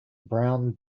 brown